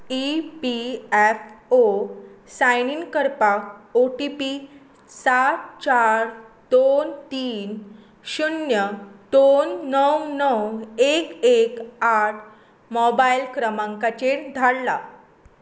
E P F O sign in करपाक O T P सात चार दोन तीन शुन्य दोन णव णव एक एक आठ मोबायल क्रमांकाचेर धाडला